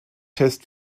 test